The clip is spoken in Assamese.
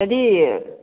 হেৰি